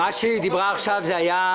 אני לא נכנס לדיון,